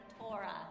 Torah